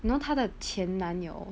know 他的前男友